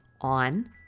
on